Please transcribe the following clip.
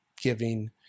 giving